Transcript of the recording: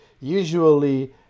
usually